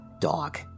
dog